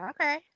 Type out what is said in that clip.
Okay